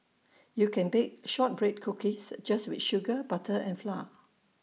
you can bake Shortbread Cookies just with sugar butter and flour